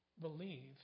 believe